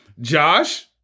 Josh